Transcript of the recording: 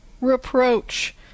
reproach